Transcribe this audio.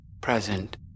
present